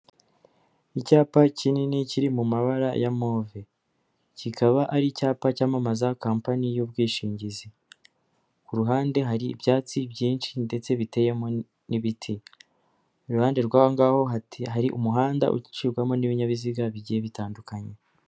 Icyapa kinini kiri mu mabara ya move. Kikaba ari icyapa cyamamaza company y'ubwishingizi. Ku ruhande hari ibyatsi byinshi ndetse biteye n'ibiti. Iruhande rwa ngaho hati hari umuhanda ucirwamo n'ibinyabiziga bigiye bitandukanye.